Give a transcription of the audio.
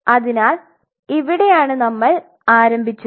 അതിനാൽ ഇവിടെയാണ് നമ്മൾ ആരംഭിച്ചത്